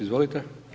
Izvolite.